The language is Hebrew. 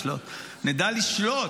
נדע לשלוט,